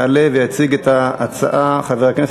הצעות לסדר-היום מס'